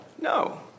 No